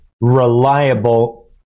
reliable